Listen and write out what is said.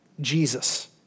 Jesus